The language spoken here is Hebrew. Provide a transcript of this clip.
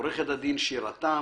עו"ד שירה תם,